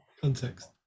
context